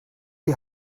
die